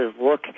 look